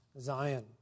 Zion